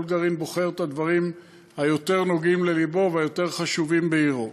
כל גרעין בוחר את הדברים שיותר נוגעים ללבו ושיותר חשובים בעירו.